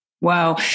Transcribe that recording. Wow